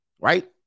Right